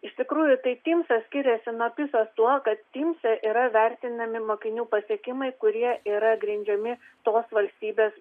iš tikrųjų tai timsas skiriasi nuo pisos tuo kad timse yra vertinami mokinių pasiekimai kurie yra grindžiami tos valstybės